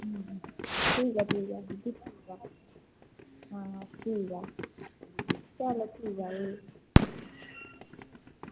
ठीक ऐ ठीक ऐ दीदी आं ठीक ऐ चलो ठीक ऐ भी